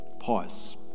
Pause